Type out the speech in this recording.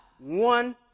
one